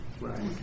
Right